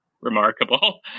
remarkable